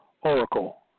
oracle